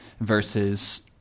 versus